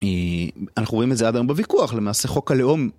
אנחנו רואים את זה עד היום בוויכוח למעשה חוק הלאום